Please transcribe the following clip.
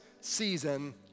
season